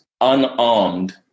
unarmed